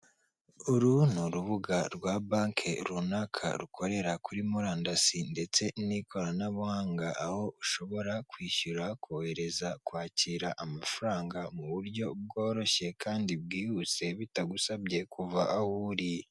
Uru ni urubuga rwa banki runaka rukorera kuri murandasi ndetse n'ikoranabuhanga, aho ushobora kwishyura, kohereza, kwakira amafarangamu buryo bworoshye, kandi bwihuse bitagusabye kuva aho uri.